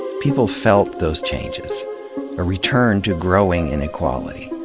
people felt those changes a return to growing inequality,